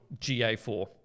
GA4